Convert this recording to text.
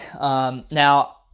Now